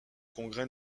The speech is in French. congrès